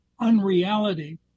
unreality